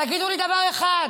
תגידו לי דבר אחד.